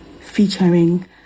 featuring